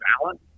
balance